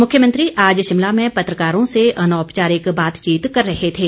मुख्यमंत्री आज शिमला में पत्रकारों से अनौपचारिक बातचीत कर रहे थे